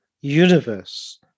universe